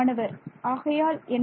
மாணவர் ஆகையால் என்ன